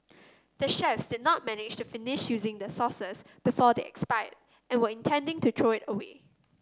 the chefs did not manage finish using the sauces before they expired and were intending to throw it away